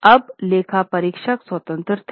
अब लेखा परीक्षक स्वतंत्रता थे